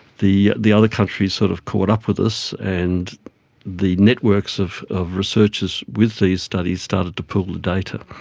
the the other countries sort of caught up with us and the networks of of researchers with these studies started to pool the data.